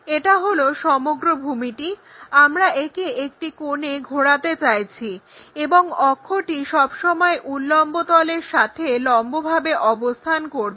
এটা হলো সমগ্র ভূমিটি আমরা একে একটি কোণে ঘোরাতে চাইছি এবং অক্ষটি সবসময় উল্লম্ব তলের সাথে লম্বভাবে অবস্থান করবে